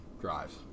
drives